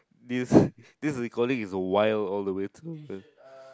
this this recording is wild all the way through